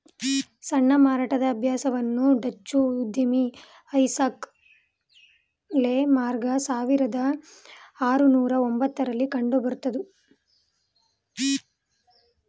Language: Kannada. ಸಣ್ಣ ಮಾರಾಟದ ಅಭ್ಯಾಸವನ್ನು ಡಚ್ಚು ಉದ್ಯಮಿ ಐಸಾಕ್ ಲೆ ಮಾರ್ಗ ಸಾವಿರದ ಆರುನೂರು ಒಂಬತ್ತ ರಲ್ಲಿ ಕಂಡುಹಿಡುದ್ರು